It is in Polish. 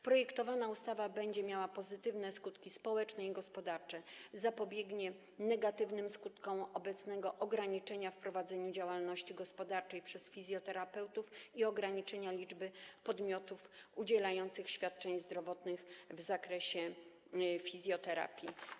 Projektowana ustawa będzie miała pozytywne skutki społeczne i gospodarcze oraz zapobiegnie negatywnym skutkom obecnego ograniczenia dotyczącego prowadzenia działalności gospodarczej przez fizjoterapeutów i ograniczenia liczby podmiotów udzielających świadczeń zdrowotnych w zakresie fizjoterapii.